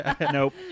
Nope